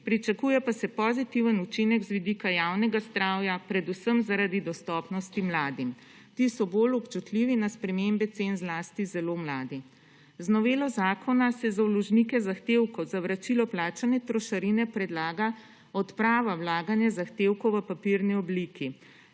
pričakuje pa se pozitiven učinek z vidika javnega zdravja, predvsem zaradi dostopnosti mladim. Ti so bolj občutljivi na sprememb cen, zlasti zelo mladi. Z novelo zakona se za vložinke zahtevkov za vračalo plačane trošarine predlaga odprava vlaganja zahtevkov v papirni obliki.